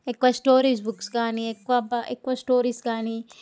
ఎక్కువ stories books కానీ ఎక్కువ బ ఎక్కువ స్టోరీస్ కానీ